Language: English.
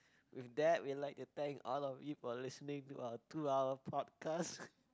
with that we'd like to thank all of you for listening to our two hour podcast